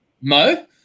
Mo